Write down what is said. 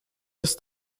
ist